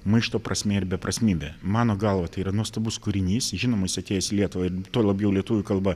maišto prasmė ir beprasmybė mano galva tai yra nuostabus kūrinys žinoma jis atėjęs į lietuvą tuo labiau lietuvių kalba